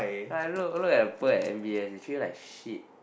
I don't know look at people at M_B_S they treat you like shit